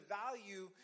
value